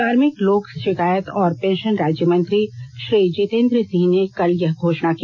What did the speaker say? कार्मिक लोक शिकायत और पेंशन राज्य मंत्री श्री जितेन्द्र सिंह ने कल यह घोषणा की